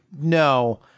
no